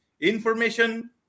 information